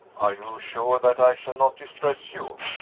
are you sure that i shall not distress you?